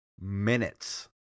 minutes